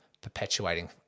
perpetuating